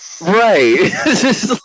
Right